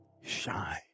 shine